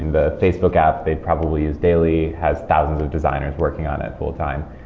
the facebook app, they'd probably use daily, has thousands of designers working on it full-time.